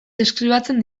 deskribatzen